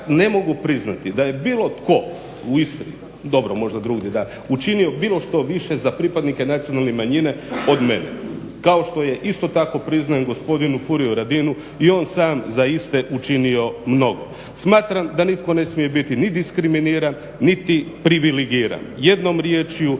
ne mogu priznati da je bilo tko u Istri, dobro možda drugdje da, učinio bilo što više za pripadnike nacionalnih manjina od mene. Kao što ja isto tako priznajem gospodinu Furiu Radinu i on sam za iste učinio mnogo. Smatram da nitko ne smije biti ni diskriminiran niti privilegiran. Jednom riječju